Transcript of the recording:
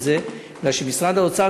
כי משרד האוצר,